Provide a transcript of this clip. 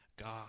God